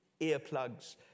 earplugs